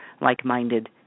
like-minded